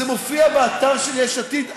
זה מופיע באתר של יש עתיד היום.